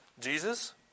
Jesus